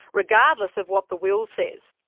regardless of what the will says.